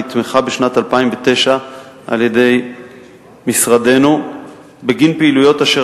נתמכה בשנת 2009 על-ידי משרדנו בגין פעילויות אשר